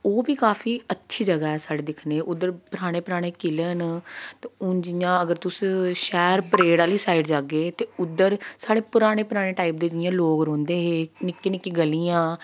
ओह् बी काफी अच्छी जगह् ऐ साढ़े दिक्खने दी उद्धर पराने पराने किले न ते हून जियां अगर तुस शैह्र परेड आह्ली साइड जाह्गे ते उद्धर साढ़े पराने पराने टाइप दे जियां लोक रौंह्दे हे निक्की निक्की गलियां